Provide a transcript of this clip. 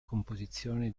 composizione